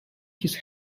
his